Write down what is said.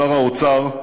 שר האוצר,